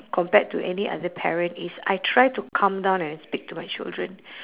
compared to any other parent is I try to calm down and speak to my children